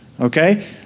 okay